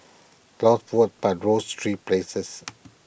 lost votes but rose three places